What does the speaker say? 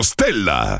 Stella